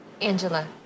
angela